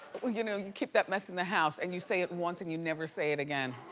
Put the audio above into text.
you know you keep that mess in the house and you say it once and you never say it again,